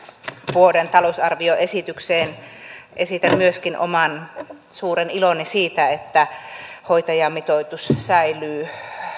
vuoden talousarvioesitykseen liittyen esitän myöskin oman suuren iloni siitä että hoitajamitoitus säilyy